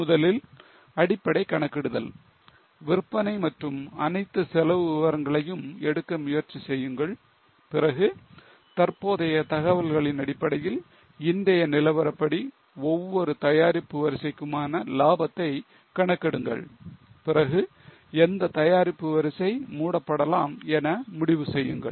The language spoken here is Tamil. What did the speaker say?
முதலில் அடிப்படை கணக்கிடுதல் விற்பனை மற்றும் அனைத்து செலவு விவரங்களையும் எடுக்க முயற்சி செய்யுங்கள் பிறகு தற்போதைய தகவல்களின் அடிப்படையில் இன்றைய நிலவரப்படி ஒவ்வொரு தயாரிப்பு வரிசைக்குமான லாபத்தை கணக்கிடுங்கள் பிறகு எந்த தயாரிப்பு வரிசை மூடப்படலாம் என முடிவு செய்யுங்கள்